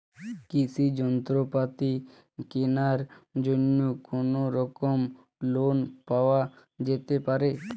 কৃষিযন্ত্রপাতি কেনার জন্য কোনোরকম লোন পাওয়া যেতে পারে?